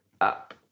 up